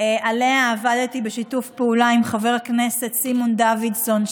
שעליה עבדתי בשיתוף פעולה עם חבר הכנסת סימון דוידסון,